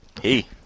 Hey